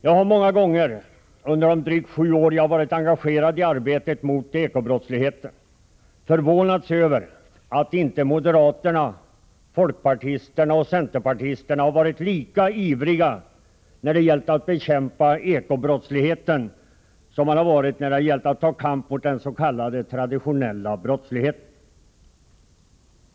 Jag har många gånger under de drygt sju år jag har varit engagerad i arbetet mot eko-brottsligheten förvånats över att inte moderaterna, folkpartisterna och centerpartisterna har varit lika ivriga när det gällt att bekämpa eko-brottsligheten som när det gällt att ta upp kampen mot den s.k. traditionella brottsligheten.